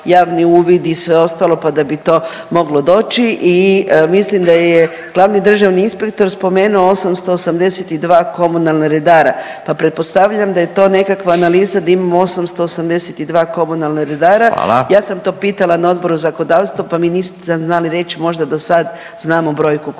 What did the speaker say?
javni uvid i sve ostalo, pa da bi to moglo doći. I mislim da je glavni državni inspektor spomenuo 882 komunalna redara, pa pretpostavljam da je to nekakva analiza di imamo 882 komunalna redara … .../Upadica: Hvala./... … ja sam to pitala na odboru zakonodavstvo pa mi niste znali reći možda da sad znamo brojku koliko